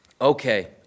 okay